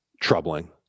troubling